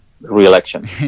re-election